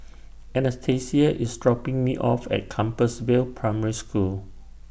Anastasia IS dropping Me off At Compassvale Primary School